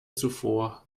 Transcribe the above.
zuvor